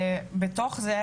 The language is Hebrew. בתוך זה,